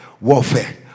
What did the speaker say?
Warfare